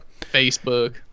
Facebook